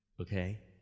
Okay